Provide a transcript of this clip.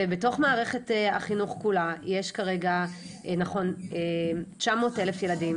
בתוך מערכת החינוך כולה יש כרגע 900 אלף ילדים